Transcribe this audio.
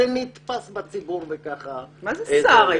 זה נתפס בציבור --- מה זה שר?